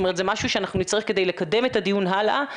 זה משהו שנצטרך כדי לקדם את הדיון הלאה,